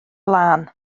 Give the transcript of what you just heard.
lan